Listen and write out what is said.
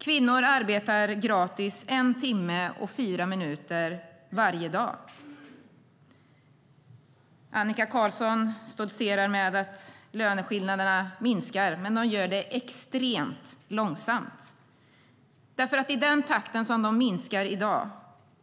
Kvinnor arbetar gratis en timme och fyra minuter varje dag. Annika Qarlsson stoltserar med att löneskillnaderna minskar, men de gör det extremt långsamt. I den takt som de minskar i dag